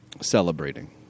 celebrating